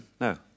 No